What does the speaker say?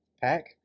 Pack